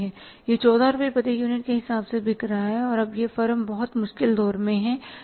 यह 14 रुपये प्रति यूनिट के हिसाब से बिक रहा है और अब यह फर्म बहुत मुश्किल दौर में है